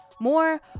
More